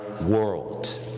world